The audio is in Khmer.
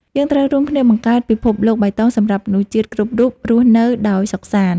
យើងត្រូវរួមគ្នាបង្កើតពិភពលោកបៃតងសម្រាប់មនុស្សជាតិគ្រប់រូបរស់នៅដោយសុខសាន្ត។